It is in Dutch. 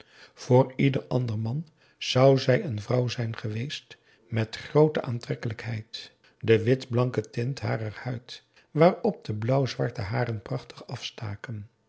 voor ieder ander man zou zij een vrouw zijn geweest met groote aantrekkelijkheid de wit blanke teint harer huid waarop de blauw zwarte haren prachtig afstaken